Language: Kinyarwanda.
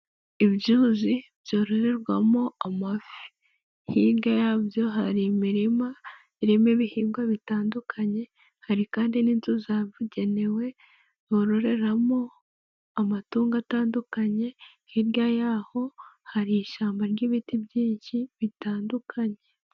Ibyuzi byoroherwamo amafi. Hirya yabyo hari imirima irimo ibihingwa bitandukanye, hari kandi n'inzu zabugenewe bororeramo amatungo atandukanye, hirya yaho hari ishyamba ry'ibiti byinshi bitandukanye.